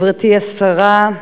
גברתי השרה,